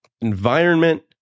environment